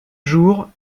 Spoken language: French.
jour